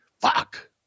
Fuck